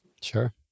Sure